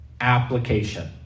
application